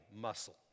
muscle